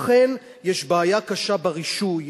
אכן יש בעיה קשה ברישוי,